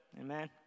Amen